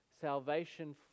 salvation